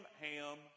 Ham